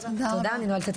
תודה, אני נועלת את